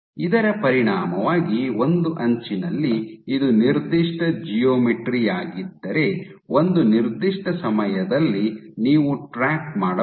ಇದರ ಪರಿಣಾಮವಾಗಿ ಒಂದು ಅಂಚಿನಲ್ಲಿ ಇದು ನಿರ್ದಿಷ್ಟ ಜಿಯೋಮೆಟ್ರಿ ಯಾಗಿದ್ದರೆ ಒಂದು ನಿರ್ದಿಷ್ಟ ಸಮಯದಲ್ಲಿ ನೀವು ಟ್ರ್ಯಾಕ್ ಮಾಡಬಹುದು